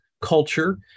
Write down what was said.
culture